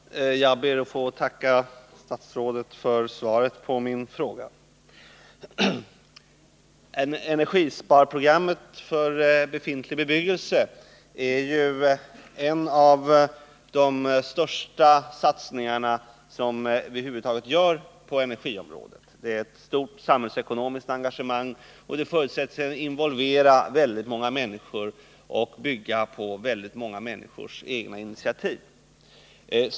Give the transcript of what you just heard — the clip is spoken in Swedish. Herr talman! Jag ber att få tacka statsrådet för svaret på min fråga. Energisparprogrammet för befintlig bebyggelse är en av de största satsningar som vi över huvud taget gör på energiområdet. Satsningen innebär ett stort samhällsekonomiskt engagemang och förutsätts involvera väldigt många människor och bygga på deras egna initiativ.